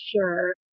sure